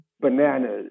Bananas